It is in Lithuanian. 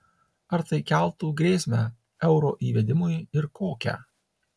ar tai keltų grėsmę euro įvedimui ir kokią